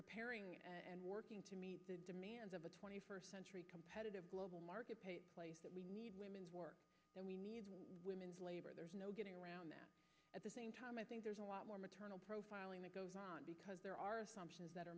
preparing and working to meet the demands of a twenty first century competitive global market place that we need women work and we need whim and labor there's no getting around that at the same time i think there's a lot more maternal profiling that goes on because there are assumptions that